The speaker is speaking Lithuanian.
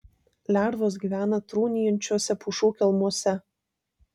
lervos gyvena trūnijančiuose pušų kelmuose